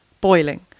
boiling